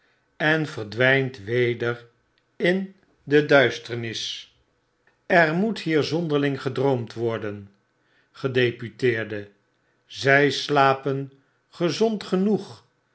en verdwynt weder in deduisternis er moet hier zonderling gedroomd worden gedeputeerde zij slapen gezond genoeg